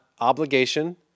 obligation